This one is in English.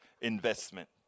investment